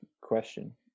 question